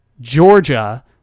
Georgia